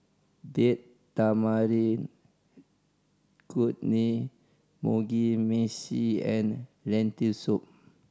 Date Tamarind Chutney Mugi Meshi and Lentil Soup